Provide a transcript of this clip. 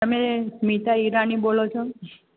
તમે સ્મિતા ઈરાની બોલો છો